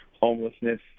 homelessness